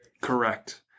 Correct